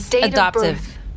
adoptive